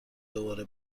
دوباره